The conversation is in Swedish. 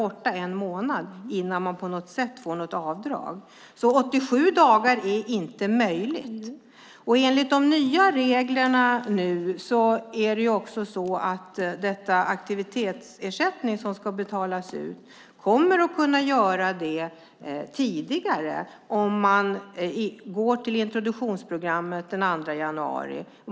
Det är inte möjligt med 87 dagar. Enligt de nya reglerna kommer aktivitetsersättning att betalas ut tidigare om man går till introduktionsprogrammet den 2 januari.